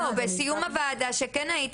לא, בסיום הוועדה שכן היית